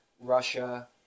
Russia